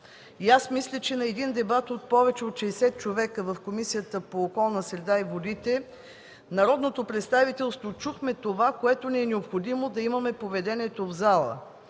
Мисля, че на един дебат от повече от 60 човека в Комисията по околната среда и водите народното представителство чухме това, което ни е необходимо, да имаме поведението в зала.